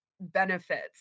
benefits